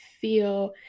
feel